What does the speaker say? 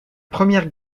première